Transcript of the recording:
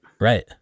Right